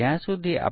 ચાલો આ તકનીકો જોઈએ